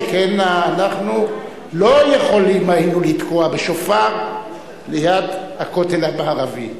שכן אנחנו לא היינו יכולים לתקוע בשופר ליד הכותל המערבי,